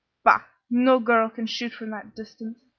bah! no girl can shoot from that distance,